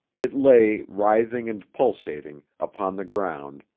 it lay, writhing and pulsating, upon the ground,